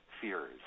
fears